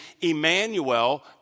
Emmanuel